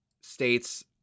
states